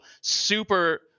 super